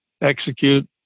execute